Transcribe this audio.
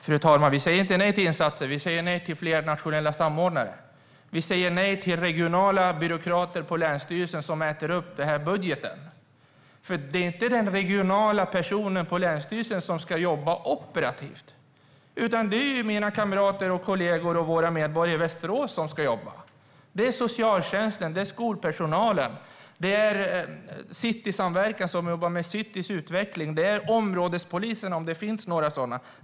Fru talman! Vi säger inte nej till insatser. Vi säger nej till fler nationella samordnare. Vi säger nej till regionala byråkrater på länsstyrelsen som äter upp budgeten. Det är inte den regionala personen på länsstyrelsen som ska jobba operativt, utan det är mina kamrater och kollegor och våra medborgare i Västerås som ska göra det. Det är socialtjänsten och skolpersonalen. Det är Citysamverkan, som jobbar med citys utveckling. Det är områdespoliserna, om det finns några sådana.